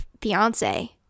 fiance